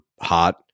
hot